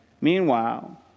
Meanwhile